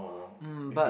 um but